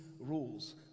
rules